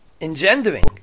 engendering